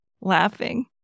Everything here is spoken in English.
laughing